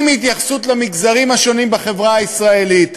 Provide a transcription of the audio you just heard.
עם התייחסות למגזרים השונים בחברה הישראלית,